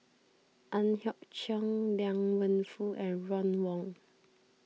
Ang Hiong Chiok Liang Wenfu and Ron Wong